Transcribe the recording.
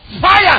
Fire